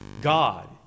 God